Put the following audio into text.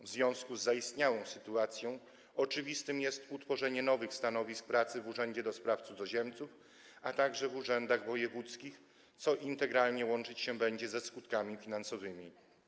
W związku z zaistniałą sytuacją oczywistym jest utworzenie nowych stanowisk pracy w Urzędzie do Spraw Cudzoziemców, a także w urzędach wojewódzkich, co integralnie łączyć się będzie ze skutkami finansowymi.